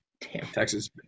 Texas